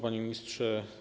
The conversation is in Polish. Panie Ministrze!